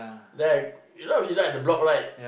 then you know fill up at the block right